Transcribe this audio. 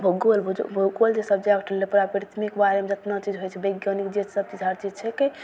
भूगोल भूगोल जे सबजेक्ट लेबै पूरा पृथ्वीके बारेमे जतना चीज होइ छै वैज्ञानिक जे सबचीज हर चीज छिकै